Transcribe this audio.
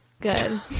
good